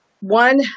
one